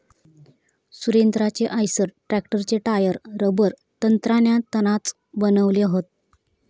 सुरेंद्राचे आईसर ट्रॅक्टरचे tyre rubber तंत्रज्ञानातनाच बनवले हत